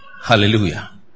Hallelujah